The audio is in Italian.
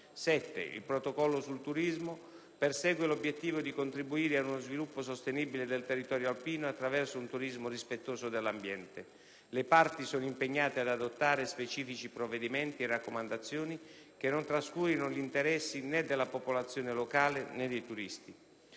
7. Il Protocollo sul turismo persegue l'obiettivo di contribuire ad uno sviluppo sostenibile del territorio alpino attraverso un turismo rispettoso dell'ambiente; le parti sono impegnate ad adottare specifici provvedimenti e raccomandazioni che non trascurino gli interessi né della popolazione locale né dei turisti.